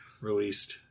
released